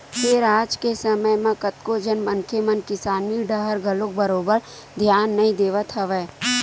फेर आज के समे म कतको झन मनखे मन किसानी डाहर घलो बरोबर धियान नइ देवत हवय